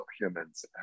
humans